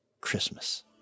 Christmas